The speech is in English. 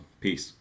Peace